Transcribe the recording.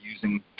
using